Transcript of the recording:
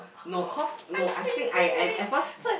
no cause no I think I I at first